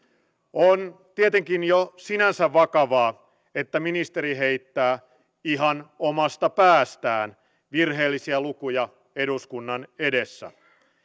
on tietenkin jo sinänsä vakavaa että ministeri heittää ihan omasta päästään virheellisiä lukuja eduskunnan edessä